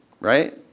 Right